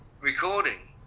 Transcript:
recording